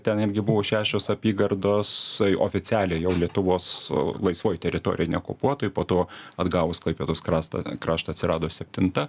ten irgi buvo šešios apygardos oficialiai jau lietuvos laisvoj teritorijoj neokupuotoj po to atgavus klaipėdos krastą kraštą atsirado septinta